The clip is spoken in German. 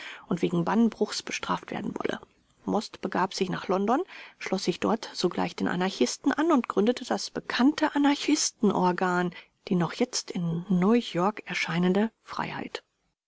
und wegen bannbruchs bestraft werden wolle most begab sich nach london schloß sich dort sogleich den anarchisten an und gründete das bekannte anarchistenorgan die noch jetzt in neuyork erscheinende freiheit